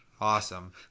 awesome